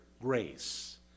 grace